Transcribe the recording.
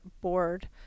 board